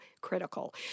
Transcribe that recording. critical